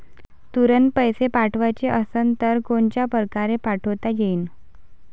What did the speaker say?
तुरंत पैसे पाठवाचे असन तर कोनच्या परकारे पाठोता येईन?